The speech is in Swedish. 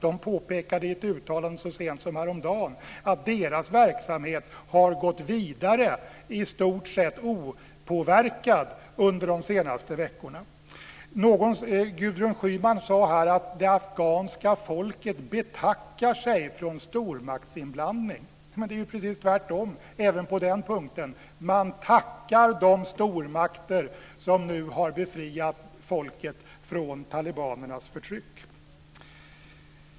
De påpekade i ett uttalande så sent som häromdagen att deras verksamhet har gått vidare i stort sett opåverkad under de senaste veckorna. Gudrun Schyman sade här att det afghanska folket betackar sig för stormaktsinblandning. Men det är ju precis tvärtom även på den punkten! Man tackar de stormakter som nu har befriat folket från talibanernas förtryck.